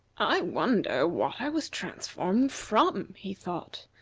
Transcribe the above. i wonder what i was transformed from? he thought,